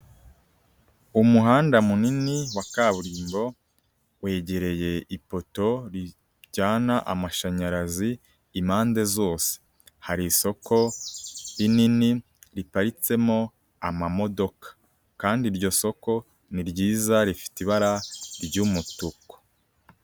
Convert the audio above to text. Umuhanda munini wa kaburimbo, wegereye ipoto rijyana amashanyarazi impande zose, hari isoko rinini riparitsemo amamodoka kandi iryo soko ni ryiza rifite ibara ry'umutuku.